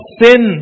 sin